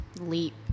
leap